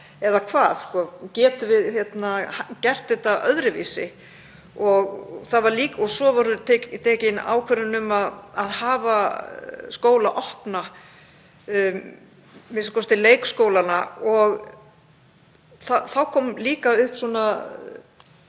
eða hvað? Getum við gert þetta öðruvísi? Svo var tekin ákvörðun um að hafa skóla opna, a.m.k. leikskólana, og þá kom líka upp